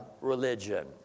religion